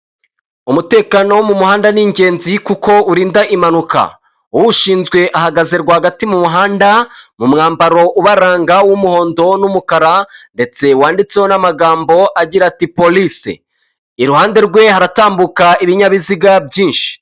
Umutekano wo mu muhanda ni ingenzi kuko urinda impanuka, uwushinzwe ahagaze rwagati mu muhanda mu mwambaro ubaranga w'umuhondo, n'umukara ndetse wanditseho n’amagambo agira ati police iruhande rwe haratambuka ibinyabiziga byinshi.